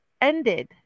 ended